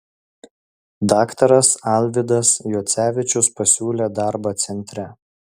daktaras alvydas juocevičius pasiūlė darbą centre